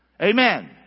Amen